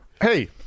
hey